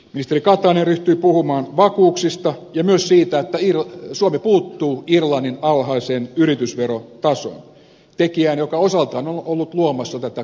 ministeri katainen ryhtyi puhumaan vakuuksista ja myös siitä että suomi puuttuu irlannin alhaiseen yritysverotasoon tekijään joka osaltaan on ollut luomassa tätä kasinokapitalismia